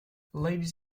ladies